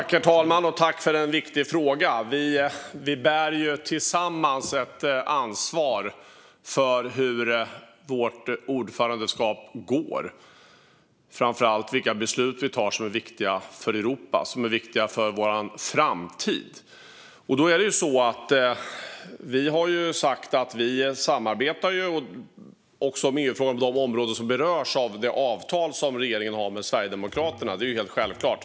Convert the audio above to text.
Herr talman! Tack, Jytte Guteland, för en viktig fråga! Vi bär ju tillsammans ett ansvar för hur vårt ordförandeskap går och framför allt för de beslut vi tar, som är viktiga för Europa och för vår framtid. Vi har sagt att vi samarbetar också i EU-frågor på de områden som berörs av det avtal som regeringen har med Sverigedemokraterna. Det är ju helt självklart.